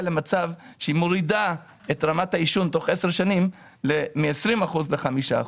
למצב שהיא מורידה את רמת העישון תוך 10 שנים מ-20 אחוזים ל-5 אחוזים.